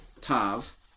tav